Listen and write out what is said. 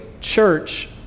church